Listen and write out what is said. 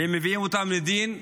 והם מביאים אותם לדין,